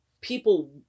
people